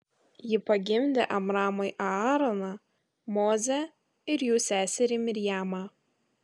ji pagimdė amramui aaroną mozę ir jų seserį mirjamą